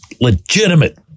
legitimate